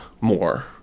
more